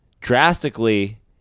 drastically